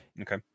okay